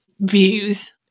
views